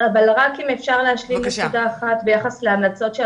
אם אפשר להשלים נקודה אחת ביחס להמלצות,